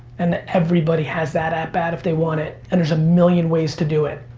and everybody has that at bat if they want it. and there's a million ways to do it.